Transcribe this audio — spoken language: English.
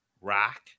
Rock